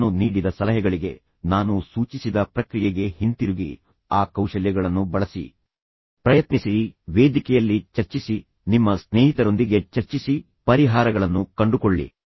ನಾನು ನೀಡಿದ ಸಲಹೆಗಳಿಗೆ ನಾನು ಸೂಚಿಸಿದ ಪ್ರಕ್ರಿಯೆಗೆ ಹಿಂತಿರುಗಿ ಆ ಕೌಶಲ್ಯಗಳನ್ನು ಬಳಸಿ ಪ್ರಯತ್ನಿಸಿರಿ ವೇದಿಕೆಯಲ್ಲಿ ಚರ್ಚಿಸಿ ನಿಮ್ಮ ಸ್ನೇಹಿತರೊಂದಿಗೆ ಚರ್ಚಿಸಿ ಪರಿಹಾರಗಳನ್ನು ಕಂಡುಕೊಳ್ಳಿ